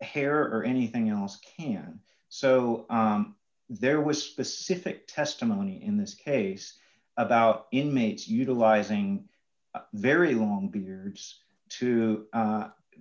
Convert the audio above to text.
hair or anything else can so there was specific testimony in this case about inmates utilizing very long beards to